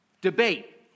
debate